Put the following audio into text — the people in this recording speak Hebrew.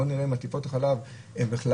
בואו נראה אם טיפות החלב ממוחשבות.